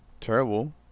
terrible